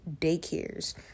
daycares